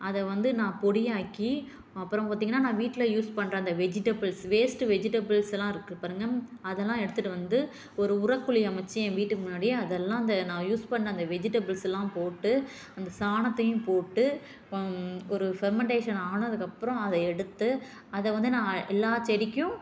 அதை வந்து நான் பொடியாக்கி அப்புறம் பார்த்திங்கன்னா நான் வீட்டில் யூஸ் பண்ணுற அந்த வெஜிடபுள்ஸ் வேஸ்ட்டு வெஜிடபிள்ஸ்லாம் இருக்கு பாருங்கள் அதெல்லாம் எடுத்துட்டு வந்து ஒரு உரக்குழி அமைத்து என் வீட்டுக்கு முன்னாடி அதெல்லாம் அந்த நான் யூஸ் பண்ண அந்த வெஜிடபுள்ஸ்லாம் போட்டு அந்த சாணத்தையும் போட்டு ஒரு ஃபெர்மண்டேஷன் ஆனதுக்கு அப்புறம் அதை எடுத்து அதை வந்து நான் எல்லா செடிக்கும்